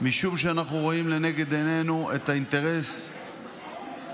משום שאנחנו רואים לנגד עינינו את האינטרס הלאומי